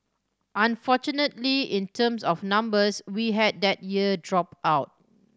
unfortunately in terms of numbers we had that year drop out